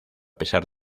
pesar